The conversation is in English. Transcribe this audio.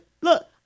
look